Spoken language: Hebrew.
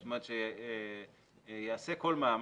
זאת אומרת שייעשה כל מאמץ.